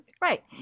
Right